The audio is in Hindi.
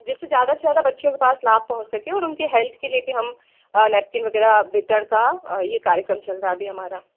जैसे ज़्यादा से ज़्यादा बच्चियों के पास लाभ पहुँच सके और उनके हेल्थ के लिए भी हम नैपकिन वगैरह वितरण का यह कार्यक्रम चल रहा अभी हमारा